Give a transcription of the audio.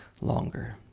longer